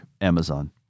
Amazon